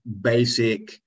basic